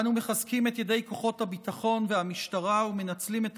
אנו מחזקים את ידי כוחות הביטחון והמשטרה ומנצלים את